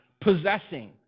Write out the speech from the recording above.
possessing